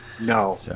No